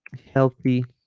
healthy